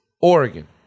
Oregon